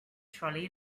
trolley